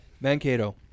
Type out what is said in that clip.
Mankato